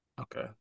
Okay